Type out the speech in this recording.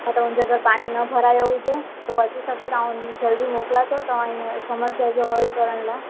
छो त हुनजे घर पाणी न भरियलु हुजे हू अची सघे त आउं जल्दी मोकलां थी तव्हां जी समस्या जो हलु करण लाइ